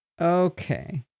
okay